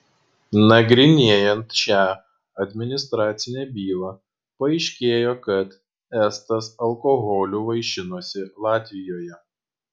nagrinėjant šią administracinę bylą paaiškėjo kad estas alkoholiu vaišinosi latvijoje